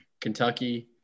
Kentucky